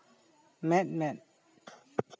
ᱢᱮᱸᱫ ᱢᱮᱸᱫ